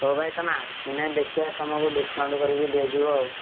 ହଉ ଭାଇ ତମେ ଆସିନେ ଦେଖିଆ ତମକୁ ଡିସକାଉଣ୍ଟ କରିକି ଦିଆଯିବ